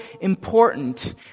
important